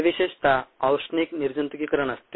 हे विशेषतः औष्णिक निर्जंतुकीकरण असते